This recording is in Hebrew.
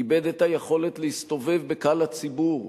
איבד את היכולת להסתובב בקהל הציבור,